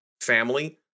family